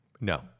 No